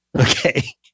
Okay